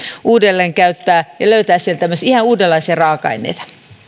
uudelleenkäyttää ja löytää sieltä myös ihan uudenlaisia raaka aineita